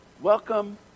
welcome